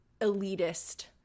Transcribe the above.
elitist